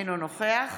אינו נוכח